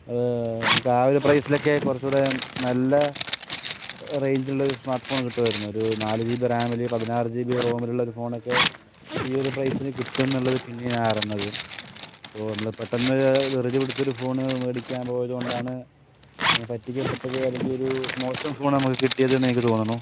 ആ ഒരു പ്രൈസിലൊക്കെ കുറച്ചുകൂടി നല്ല റേഞ്ചിലുള്ളൊരു സ്മാർട്ട് ഫോൺ കിട്ടുമായിരുന്നു ഒരു നാല് ജീബി റാമിൽ പതിനാറു ജീബി റോമിലുള്ള ഫോണൊക്കെ ഈ ഒരു പ്രൈസിൽ കിട്ടും എന്നുള്ളത് പിന്നെയാണ് ഞാൻ അറിഞ്ഞത് ഇപ്പോൾ നമ്മൾ പെട്ടെന്ന് ധൃതി പിടിച്ച് പിടിച്ചൊരു ഫോൺ മേടിയ്ക്കാൻ പോയതുകൊണ്ടാണ് ഇങ്ങനെ പറ്റിയ്ക്കപ്പെട്ടത് അല്ലെങ്കിൽ ഈ ഒരു മോശം ഫോൺ നമുക്ക് കിട്ടിയതെന്നെനിക്ക് തോന്നുന്നു